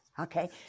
okay